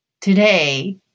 today